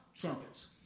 trumpets